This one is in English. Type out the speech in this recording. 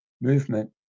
movement